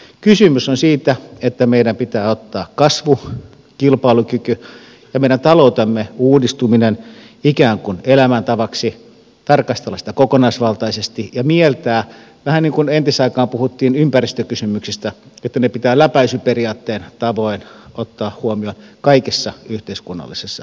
kysymys on siitä että meidän pitää ottaa kasvu kilpailukyky ja meidän taloutemme uudistuminen ikään kuin elämäntavaksi tarkastella niitä kokonaisvaltaisesti ja mieltää vähän niin kuin entisaikaan puhuttiin ympäristökysymyksistä että ne pitää läpäisyperiaatteen tavoin ottaa huomioon kaikessa yhteiskunnallisessa päätöksenteossa